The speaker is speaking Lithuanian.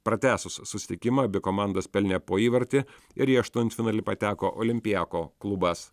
pratęsus susitikimą abi komandos pelnė po įvartį ir į aštuntfinalį pateko olimpiako klubas